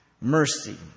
Mercy